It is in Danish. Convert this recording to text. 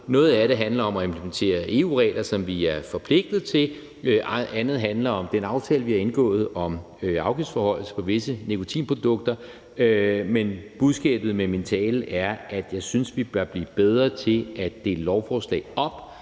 Noget af det handler om at implementere EU-regler, som vi er forpligtet til. Andet handler om den aftale, vi har indgået, om afgiftsforhøjelser på visse nikotinprodukter. Men budskabet med min tale er, at jeg synes, vi bør blive bedre til at dele lovforslag op.